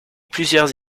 plusieurs